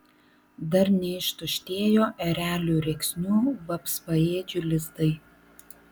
dar neištuštėjo erelių rėksnių vapsvaėdžių lizdai